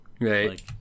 Right